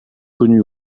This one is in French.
connue